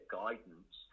guidance